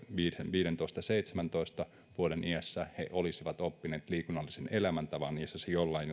viidentoista viiva seitsemäntoista vuoden iässä he olisivat oppineet liikunnallisen elämäntavan ja se siis jollain